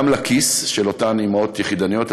גם לכיס של אותן אימהות יחידניות,